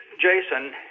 Jason